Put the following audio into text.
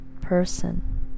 person